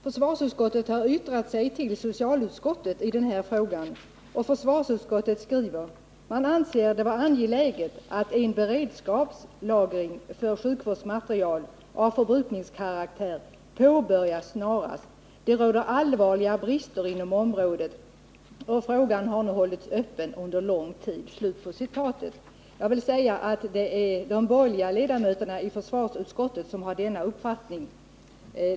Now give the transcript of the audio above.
Försvarsutskottet har yttrat sig till socialutskottet i denna fråga och skriver: ”Försvarsutskottet anser det vara angeläget att en beredskapslagring för sjukvårdsmateriel av förbrukningskaraktär påbörjas snarast. Det råder allvarliga brister inom området och frågan har nu hållits öppen under lång tid.” Det är de borgerliga ledamöterna i försvarsutskottet som har denna uppfattning.